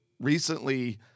Recently